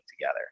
together